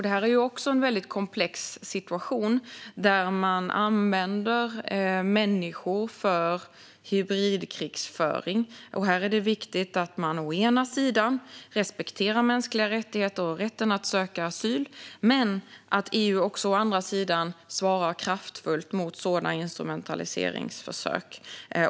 Det är en väldigt komplex situation där man använder människor i hybridkrigföring. Här är det viktigt å ena sidan att man respekterar mänskliga rättigheter och rätten att söka asyl, å andra sidan att EU svarar kraftfullt på sådana instrumentaliseringsförsök.